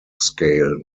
scale